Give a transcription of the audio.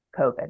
COVID